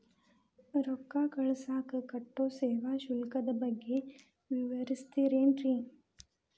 ರೊಕ್ಕ ಕಳಸಾಕ್ ಕಟ್ಟೋ ಸೇವಾ ಶುಲ್ಕದ ಬಗ್ಗೆ ವಿವರಿಸ್ತಿರೇನ್ರಿ?